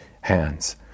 hands